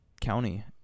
county